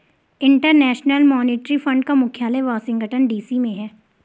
international monetary fund का मुख्यालय Washington DC में है